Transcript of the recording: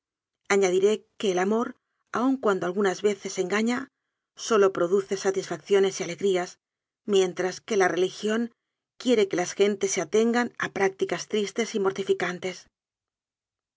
míoañadiré que el amor aun cuando algunas veces engaña sólo produce satisfacciones y alegrías mientras que la religión quiere que las gentes se atengan z prácticas tristes y mortificantes